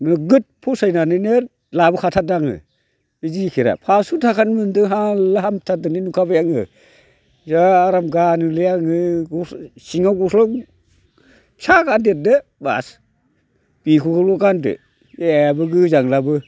नोगोद फसायनानैनो लाबोखाथारदों आङो बे जेकटआ फास्स' थाखानि मोनदों साल्ला हामथारदों नंखाबाय आङो जा आराम गानोलै आङो सिङाव गस्ला फिसा गानदेरदो बास बेखौल' गानदो जेबो गोजांलाबो